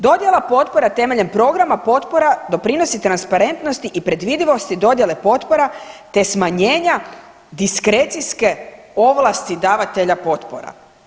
Dodjela potpora temeljem programa potpora doprinosi transparentnosti i predvidivosti dodjele potpora, te smanjenja diskrecijske ovlasti davatelja potpora.